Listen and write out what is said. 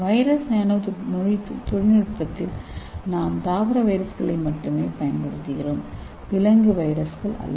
virus nano தொழில்நுட்பத்தில் நாம் தாவர வைரஸ்களை மட்டுமே பயன்படுத்துகிறோம் விலங்கு வைரஸ்கள் அல்ல